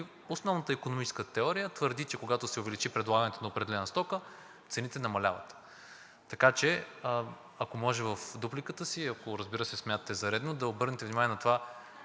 И основната икономическа теория твърди, че когато се увеличи предлагането на определена стока, цените намаляват. Така че, ако може в дупликата си, ако, разбира се, смятате за редно, да обърнете внимание на това,